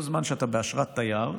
כל זמן שאתה באשרת תייר,